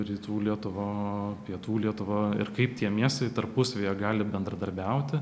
rytų lietuva o pietų lietuva ir kaip tie miestai tarpusavyje gali bendradarbiauti